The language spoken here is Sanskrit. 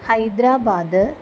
हैद्राबाद्